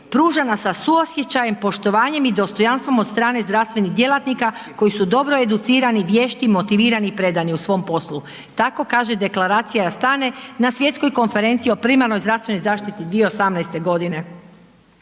pružana sa suosjećajem, poštovanjem i dostojanstvom od strane zdravstvenih djelatnika koji su dobro educirani, vješti, motivirani i predani u svom poslu. Tako kaže deklaracija .../Govornik se ne razumije./... na Svjetskoj konferenciji o primarnoj zdravstvenoj zaštiti 2018. godine.